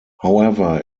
however